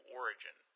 origin